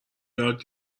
یاد